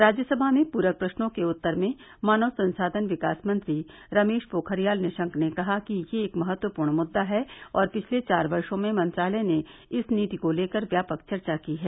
राज्यसभा में पूरक प्रश्नों के उत्तर में मानव संसाधन विकास मंत्री रमेश पोखरियाल निशंक ने कहा कि यह एक महत्वपूर्ण मुद्दा है और पिछले चार वर्षो में मंत्रालय ने इस नीति को लेकर व्यापक चर्चा की है